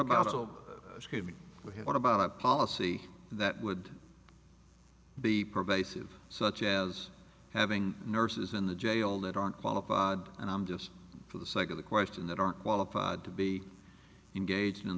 about oh excuse me but what about a policy that would be pervasive such as having nurses in the jail that aren't qualified and i'm just for the sake of the question that are qualified to be engaged in